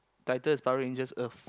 title is Power-Ranger Earth